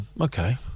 okay